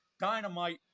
Dynamite